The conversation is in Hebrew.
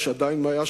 עדיין יש בעיה,